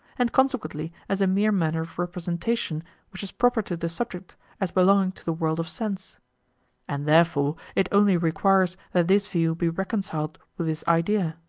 and consequently as a mere manner of representation which is proper to the subject as belonging to the world of sense and therefore it only requires that this view be reconciled with this idea.